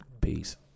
Peace